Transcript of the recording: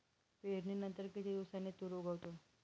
पेरणीनंतर किती दिवसांनी तूर उगवतो?